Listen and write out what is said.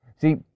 see